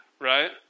right